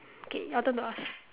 okay your turn to ask